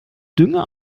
dünger